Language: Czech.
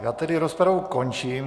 Já tedy rozpravu končím.